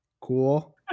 Cool